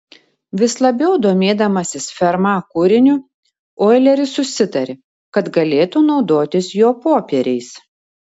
vis labiau domėdamasis ferma kūriniu oileris susitarė kad galėtų naudotis jo popieriais